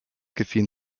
caffeine